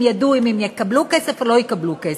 ידעו אם הם יקבלו כסף או לא יקבלו כסף,